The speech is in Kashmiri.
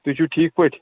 تُہۍ چھُو ٹھیٖک پٲٹھۍ